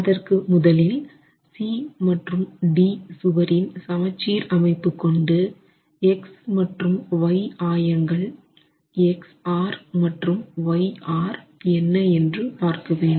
அதற்கு முதலில் C மற்றும் D சுவரின் சமச்சீர் அமைப்பு கொண்டு x மற்றும் y ஆயங்கள் xR மற்றும் yR என்ன என்று பார்க்க வேண்டும்